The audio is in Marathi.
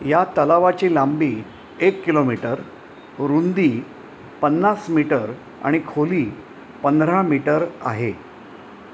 या तलावाची लांबी एक किलोमीटर रुंदी पन्नास मीटर आणि खोली पंधरा मीटर आहे